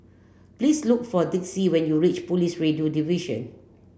please look for Dixie when you reach Police Radio Division